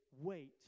wait